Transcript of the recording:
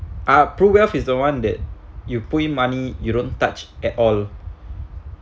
ah pruwealth is the one that you put in money you don't touch at all